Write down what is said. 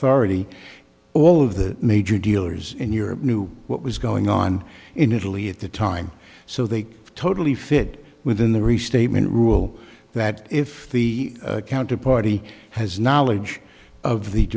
authority all of the major dealers in europe knew what was going on in italy at the time so they totally fit within the restatement rule that if the counter party has knowledge of the